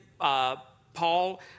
Paul